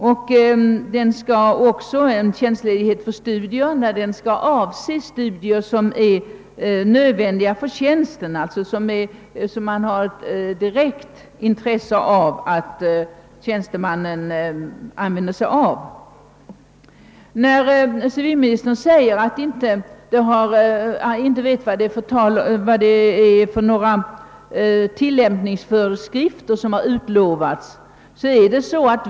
Studier skall anses nödvändiga för tjänsten, d. v. s. vara studier som staten har ett direkt intresse av att tjänstemannen bedriver. Civilministern säger att han inte vet vilka tillämpningsföreskrifter som har utlovats.